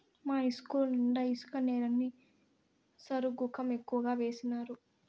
మా ఇస్కూలు నిండా ఇసుక నేలని సరుగుకం ఎక్కువగా వేసినారు